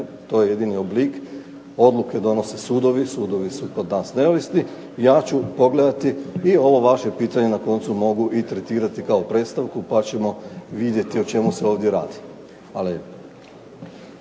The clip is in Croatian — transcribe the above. To je jedini oblik. Odluke donose sudovi, sudovi su kod nas neovisni. Ja ću pogledati i ovo vaše pitanje na koncu mogu i tretirati kao predstavku pa ćemo vidjeti o čemu se ovdje radi. Hvala